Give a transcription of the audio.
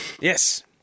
Yes